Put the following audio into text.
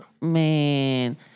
Man